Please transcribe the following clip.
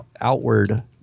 outward